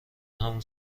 همون